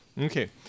Okay